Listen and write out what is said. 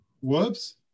Whoops